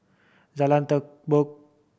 Jalan Terubok